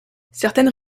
certaines